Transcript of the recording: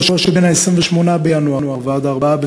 אדוני